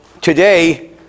today